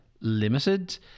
limited